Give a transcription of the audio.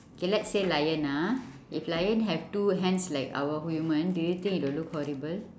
okay let's say lion ah if lion have two hands like our human do you think it will look horrible